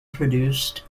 produced